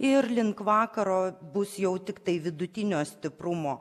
ir link vakaro bus jau tiktai vidutinio stiprumo